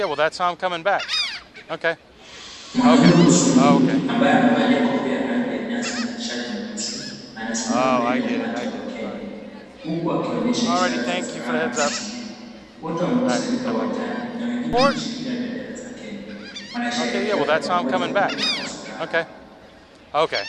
Mwanaume mzungu ambaye amevalia kofiaya rangi ya nyasi na shagi nyeusi anasimama mbele ya umati wa wakenya huku akionyesha ishara za furaha na msisimuko. Wote wamekusanyika uwanjani na wengine wameshikilia bendera. Wanasherehekea kwa pamoja na kwa furaha.